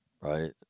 right